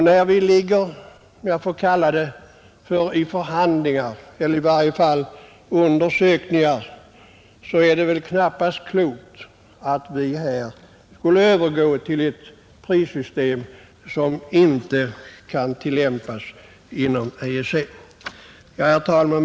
När vi ligger — om jag får kalla det så — i förhandlingar eller i varje fall gör undersökningar är det väl knappast klokt att övergå till ett prissystem som inte kan tillämpas inom EEC. Herr talman!